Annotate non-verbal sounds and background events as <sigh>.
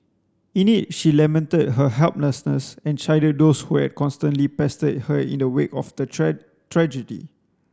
in it she lamented her helplessness and chided those who had constantly pestered her in the wake of the <unintelligible> tragedy